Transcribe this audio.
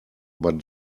but